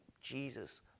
Jesus